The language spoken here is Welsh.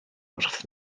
wrth